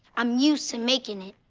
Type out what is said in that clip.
i'm used to making it.